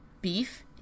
beef